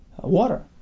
water